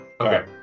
Okay